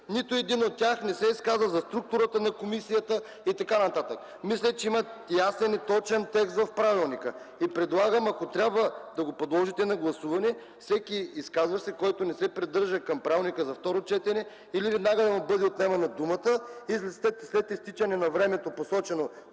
Нито един от тях не се изказа за структурата на комисията и така нататък. Мисля, че в правилника има ясен и точен текст. Предлагам, ако трябва да го подложите на гласуване – всеки изказващ се, който не се придържа към правилника за второ четене или веднага да му бъде отнемана думата, или след изтичане на определеното